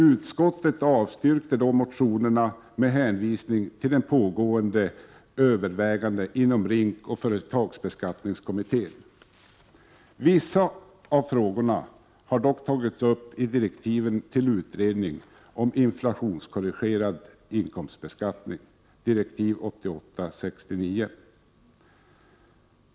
Utskottet avstyrkte då motionerna med hänvisning till pågående överväganden inom Rink och företagsskattekommittén. Vissa av frågorna har tagits upp i direktiven till utredningen om inflationskorrigerad inkomstbeskattning, dir. 1988:69.